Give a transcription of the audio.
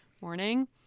morning